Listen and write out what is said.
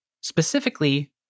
specifically